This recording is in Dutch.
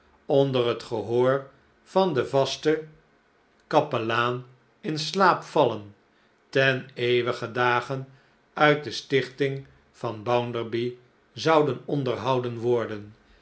onder het gehoor van den vasten kapelaan in slaap vallen ten eeuwigen dage uit de stichting van bounderby zouden onderhouden worden